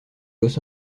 los